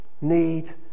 need